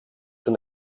een